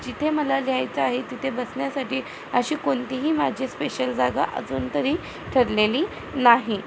जिथे मला जायचं आहे तिथे बसण्यासाठी अशी कोणतीही माझी स्पेशल जागा अजून तरी ठरलेली नाही